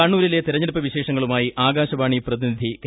കണ്ണൂരിലെ തെരഞ്ഞെടുപ്പ് വിശേഷങ്ങ്ളുമായി ആകാശവാണി പ്രതിനിധി കെ